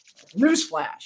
Newsflash